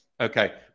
Okay